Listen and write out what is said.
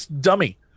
dummy